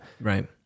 Right